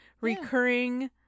recurring